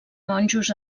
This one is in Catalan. monjos